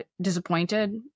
disappointed